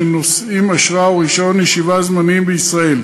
שנושאים אשרה או רישיון ישיבה זמניים בישראל,